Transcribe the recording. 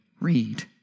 read